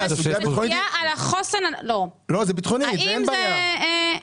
זה ביטחוני, זה אין בעיה.